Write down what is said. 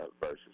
versus